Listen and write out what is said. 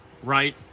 right